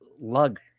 lug